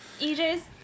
EJ's